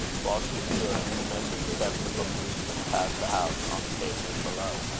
while she stood, the measured steps of a policeman pass the house on the pavement below.